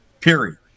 Period